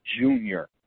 junior